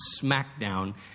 smackdown